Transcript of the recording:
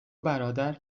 برادر